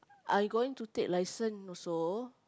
I going to take license also